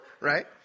Right